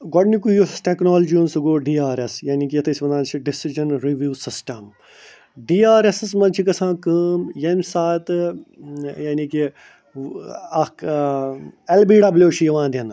گۄڈٕنیُکُے یُس ٹیکنالجی ہُنٛد سُہ گوٚو ڈی آر ایٚل یعنی یَتھ أسۍ وَنان چھِ decision review system D R ایٚسَس منٛز چھِ گژھان کٲم ییٚمہِ ساتہٕ یعنی کہ اَکھ ایٚل بی ڈبلیو چھِ یِوان دِنہٕ